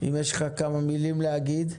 אם יש לך כמה מילים להגיד,